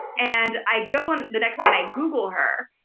and i go and the next day, and i google her,